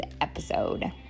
episode